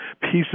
pieces